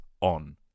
on